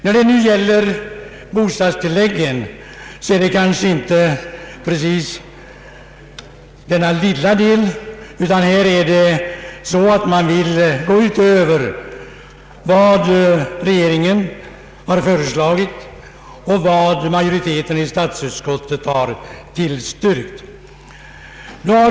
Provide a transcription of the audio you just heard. När det nu gäller bostadstilläggen vill oppositionen gå utöver vad regeringen har föreslagit och vad majoriteten i statsutskottet har tillstyrkt.